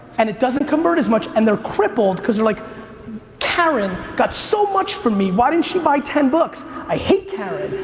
and it doesn't convert as much, and they're crippled, cause they're like karen got so much from me. why didn't she buy ten books? i hate karen.